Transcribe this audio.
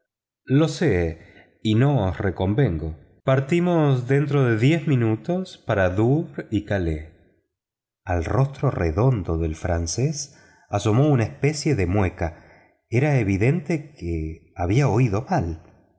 lo sé y no os reconvengo partimos dentro de diez minutos para douvres y calais al rostro redondo del francés asomó una especie de mueca era evidente que había oído mal